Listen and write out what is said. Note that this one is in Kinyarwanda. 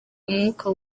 umwuka